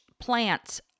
plants